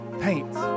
paints